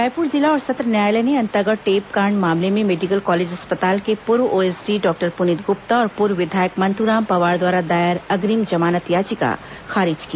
रायपुर जिला और सत्र न्यायालय ने अंतागढ़ टेपकांड मामले में मेडिकल कॉलेज अस्पताल के पूर्व ओएसंडी डॉक्टर पुनीत गुप्ता और पूर्व विधायक मंतूराम पवार द्वारा दायर अग्रिम जमानत याचिका खारिज की